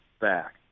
back